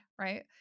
right